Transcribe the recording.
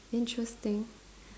interesting